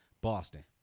Boston